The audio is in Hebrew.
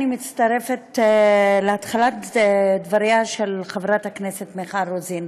אני מצטרפת להתחלת דבריה של חברת הכנסת מיכל רוזין.